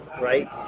right